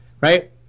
right